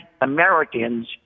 Americans